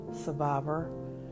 survivor